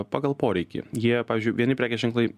pagal poreikį jie pavyzdžiui vieni prekės ženklai